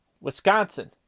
Wisconsin